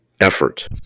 effort